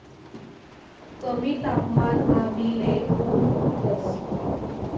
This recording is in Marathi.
कमी तापमानमा बी ले कोम फुटतंस